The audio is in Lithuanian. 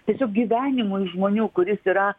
tiesiog gyvenimui žmonių kuris yra